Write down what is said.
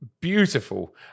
beautiful